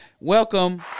Welcome